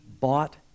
bought